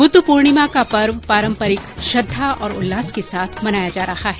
बुद्धपूर्णिमा का पर्व पारम्परिक श्रद्वा और उल्लास के साथ मनाया जा रहा है